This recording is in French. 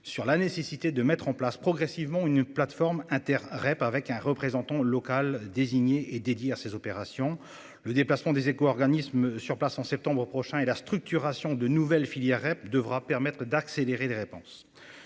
sur la nécessité de mettre en place progressivement une plateforme inter-rep avec un représentant local désigné et dédié à ces opérations. Le déplacement des éco-organismes sur place en septembre prochain et la structuration de nouvelles filières REP devra permettre d'accélérer les réponses.